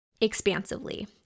expansively